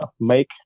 make